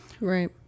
Right